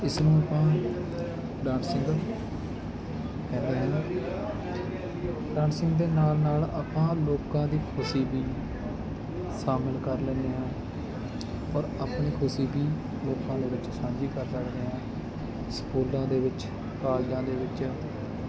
ਇਸ ਨੂੰ ਆਪਾਂ ਡਾਂਸਿੰਗ ਕਹਿੰਦੇ ਹਾਂ ਡਾਂਸਿੰਗ ਦੇ ਨਾਲ ਨਾਲ ਆਪਾਂ ਲੋਕਾਂ ਦੀ ਖੁਸ਼ੀ ਵੀ ਸ਼ਾਮਿਲ ਕਰ ਲੈਂਦੇ ਹਾਂ ਔਰ ਆਪਣੇ ਖੁਸ਼ੀ ਵੀ ਲੋਕਾਂ ਦੇ ਵਿੱਚ ਸਾਂਝੀ ਕਰ ਸਕਦੇ ਹਾਂ ਸਕੂਲਾਂ ਦੇ ਵਿੱਚ ਕਾਲਜਾਂ ਦੇ ਵਿੱਚ